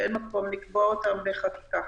ואין מקום לקבוע אותם בחקיקה.